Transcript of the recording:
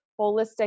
holistic